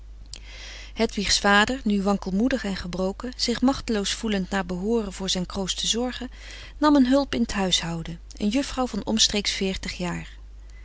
hedwigs vader nu wankelmoedig en gebroken zich machteloos voelend naar behooren voor zijn kroost te zorgen nam een hulp in t huishouden een juffrouw van omstreeks veertig jaar